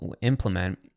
implement